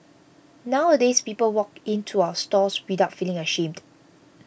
nowadays people walk in to our stores without feeling ashamed